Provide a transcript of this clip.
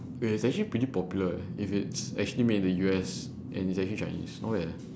wait it's actually pretty popular eh if it's actually made in the U_S and it's actually chinese not bad eh